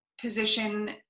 position